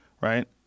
right